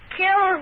kill